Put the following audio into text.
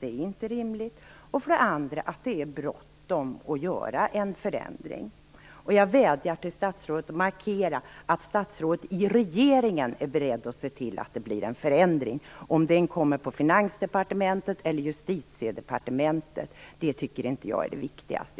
inte rimligt och för det andra är det bråttom att göra en förändring. Jag vädjar till statsrådet att markera att statsrådet i regeringen är beredd att se till att det blir en förändring. Om den kommer från Finansdepartementet eller från Justitiedepartementet är inte det viktigaste.